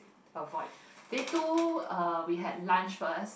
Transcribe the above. avoid day two uh we had lunch first